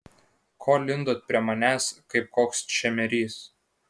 ko lindot prie manęs kaip koks čemerys